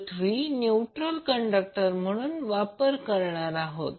पृथ्वी neutral conductor म्हणून वापरणार आहोत